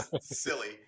silly